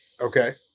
Okay